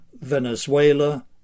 Venezuela